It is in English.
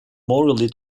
morally